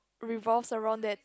revolves around that